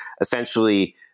essentially